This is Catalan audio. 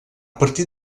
partir